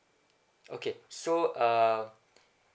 okay so uh